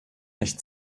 nicht